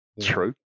True